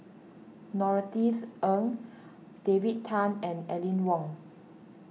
Norothy's Ng David Tham and Aline Wong